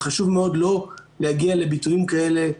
וחשוב מאוד לא להגיע לביטויים כאלה.